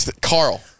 Carl